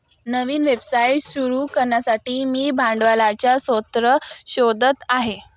नवीन व्यवसाय सुरू करण्यासाठी मी भांडवलाचा स्रोत शोधत आहे